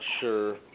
sure